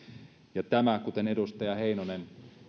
ja tämä kuten edustaja heinonen